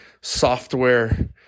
software